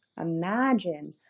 imagine